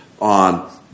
on –